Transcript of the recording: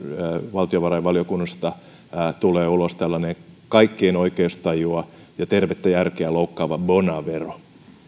valtiovarainvaliokunnasta tulee ulos tällainen kaikkien oikeustajua ja tervettä järkeä loukkaava bona vero